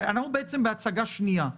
אנחנו בעצם בהצגה שנייה.